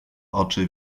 oczy